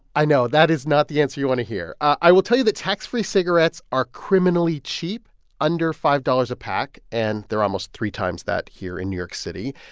i know that is not the answer you want to hear. i will tell you that tax-free cigarettes are criminally cheap under five dollars a pack. and they're almost three times that here in new york city.